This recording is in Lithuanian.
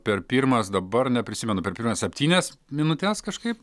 per pirmas dabar neprisimenu per pirmas septynias minutes kažkaip